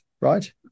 right